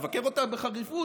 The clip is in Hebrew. מבקר אותה בחריפות,